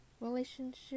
relationship